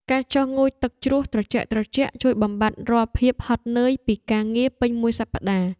ការចុះងូតទឹកជ្រោះត្រជាក់ៗជួយបំបាត់រាល់ភាពហត់នឿយពីការងារពេញមួយសប្តាហ៍។